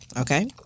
okay